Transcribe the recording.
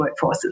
workforces